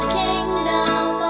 kingdom